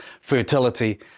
fertility